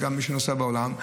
וגם מי שנוסע בעולם,